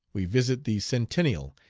we visit the centennial,